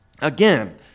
again